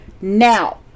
Now